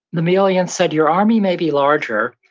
the melians said, your army may be larger,